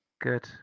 Good